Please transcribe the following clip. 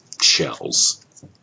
shells